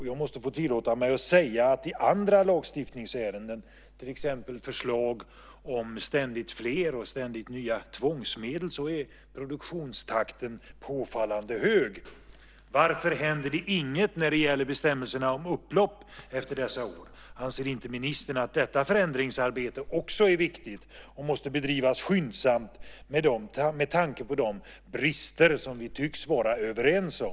Jag måste få tillåta mig att säga att i andra lagstiftningsärenden, till exempel förslag om ständigt fler och ständigt nya tvångsmedel, är produktionstakten påfallande hög. Varför händer det inget när det gäller bestämmelserna om upplopp efter dessa år? Anser inte ministern att detta förändringsarbete också är viktigt och måste bedrivas skyndsamt med tanke på de brister som vi tycks vara överens om?